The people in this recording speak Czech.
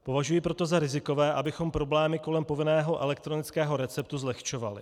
Považuji proto za rizikové, abychom problémy kolem povinného elektronického receptu zlehčovali.